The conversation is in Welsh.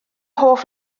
hoff